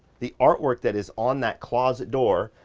the artwork that is on that closet door,